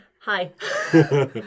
Hi